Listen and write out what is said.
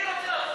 גם אתה יודע,